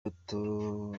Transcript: bato